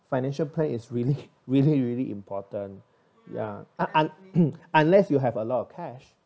financial planning is really really really important ya un~ un~ unless you have a lot of cash